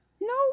No